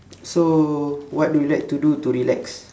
so what do you like to do to relax